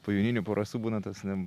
po joninių po rasų būna tas na